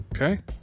Okay